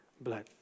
blood